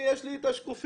יש לי את השקופית.